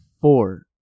four